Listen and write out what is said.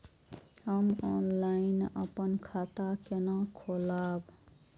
हम ऑनलाइन अपन खाता केना खोलाब?